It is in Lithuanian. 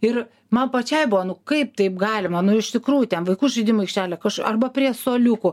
ir man pačiai buvo nu kaip taip galima nu iš tikrųjų ten vaikų žaidimų aikštelė arba prie suoliukų